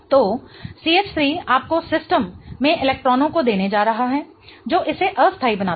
तो CH3 आपको system में इलेक्ट्रॉनों को देने जा रहा है जो इसे अस्थाई बनाता है